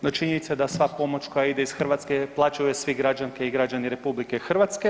No, činjenica je da sva pomoć koja ide iz Hrvatske plaćaju je svi građanke i građani RH.